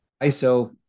iso